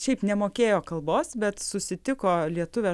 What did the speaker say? šiaip nemokėjo kalbos bet susitiko lietuvę